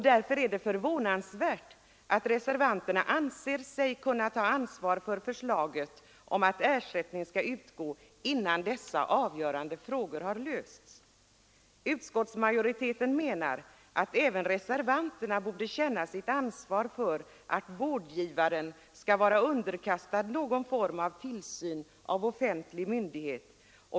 Det är förvånansvärt att reservanterna anser sig kunna ta ansvar för förslaget om att ersättning skall utgå innan dessa avgörande frågor har lösts. Utskottsmajoriteten menar att även reservanterna borde känna sitt ansvar för att vårdgivaren skall vara underkastad någon form av tillsyn av offentlig myndighet.